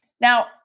Now